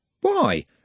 Why